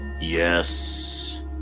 Yes